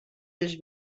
els